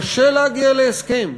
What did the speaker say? קשה להגיע להסכם.